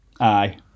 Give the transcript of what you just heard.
Aye